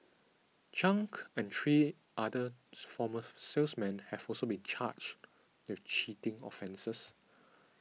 Chung and three other former salesmen have also been charged with cheating offences